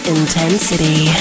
Intensity